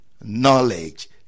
knowledge